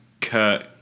Kurt